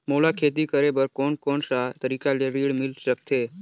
मोला खेती करे बर कोन कोन सा तरीका ले ऋण मिल सकथे?